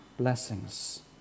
blessings